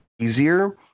easier